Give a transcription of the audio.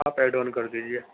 آپ add one کر دیجیے